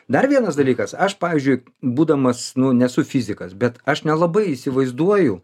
dar vienas dalykas aš pavyzdžiui būdamas nu nesu fizikas bet aš nelabai įsivaizduoju